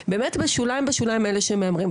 בשוליים היו אלה שמהמרים,